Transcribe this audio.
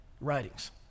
writings